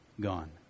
gone